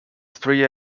three